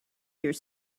here